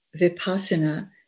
Vipassana